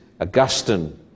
Augustine